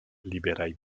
liberaj